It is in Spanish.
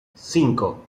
cinco